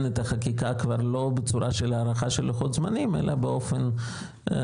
את החקיקה כבר לא בצורה של הארכה של לוחות זמנים אלא באופן סופי,